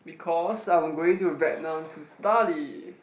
because I'm going to Vietnam to study